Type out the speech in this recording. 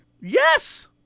Yes